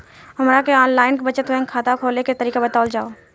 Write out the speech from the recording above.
हमरा के online बचत बैंक खाता खोले के तरीका बतावल जाव?